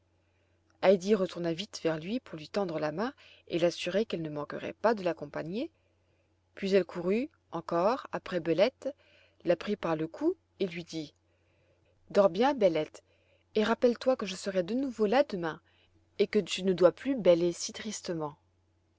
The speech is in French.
retourna vite vers lui pour lui tendre la main et l'assurer qu'elle ne manquerait pas de l'accompagner puis elle courut encore après bellette la prit par le cou et lui dit dors bien bellette et rappelle-toi que je serai de nouveau là demain et que tu ne dois plus bêler si tristement